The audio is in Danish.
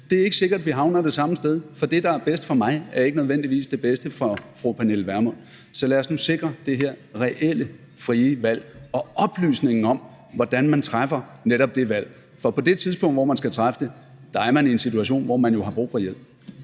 Det er ikke sikkert, at vi havner det samme sted, for det, der er bedst for mig, er ikke nødvendigvis det bedste for fru Pernille Vermund. Så lad os nu sikre det her reelle frie valg og oplysningen om, hvordan man træffer netop det valg. For på det tidspunkt, hvor man skal træffe det, er man i en situation, hvor man jo har brug for hjælp.